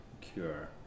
cure